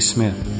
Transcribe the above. Smith